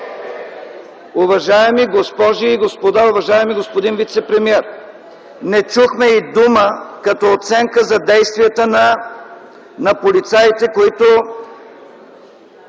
Уважаеми госпожи и господа, уважаеми господин вицепремиер! Не чухме и дума като оценка за действията на полицаите, които